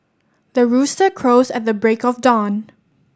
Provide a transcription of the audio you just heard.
the rooster crows at the break of dawn